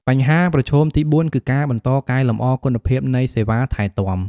បញ្ហាប្រឈមទីបួន គឺការបន្តកែលម្អគុណភាពនៃសេវាថែទាំ។